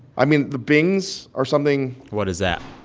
i mean, the bings are something. what is that?